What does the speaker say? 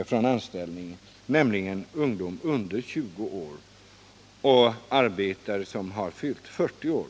från anställning, nämligen ungdom under 20 år och arbetare som har fyllt 40 år.